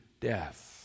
death